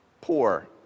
poor